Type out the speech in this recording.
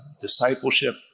discipleship